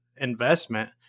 investment